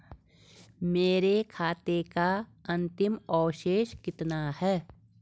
मेरे खाते का अंतिम अवशेष कितना है?